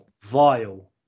Vile